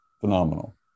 Phenomenal